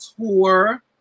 tour